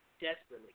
Desperately